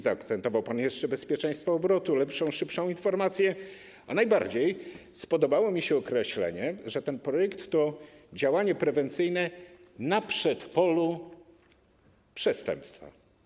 Zaakcentował pan jeszcze bezpieczeństwo obrotu, lepszą, szybszą informację, a najbardziej spodobało mi się określenie, że ten projekt to działanie prewencyjne na przedpolu przestępstwa.